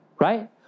Right